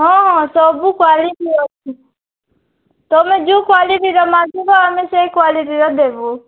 ହଁ ହଁ ସବୁ କ୍ୱାଲିଟିର ଅଛି ତୁମେ ଯୋଉ କ୍ୱାଲିଟିର ମାଗିବ ଆମେ ସେଇ କ୍ୱାଲିଟିର ଦେବୁ